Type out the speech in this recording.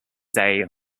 day